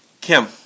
Kim